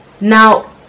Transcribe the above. Now